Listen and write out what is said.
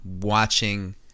Watching